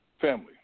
family